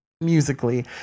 Musically